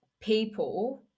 people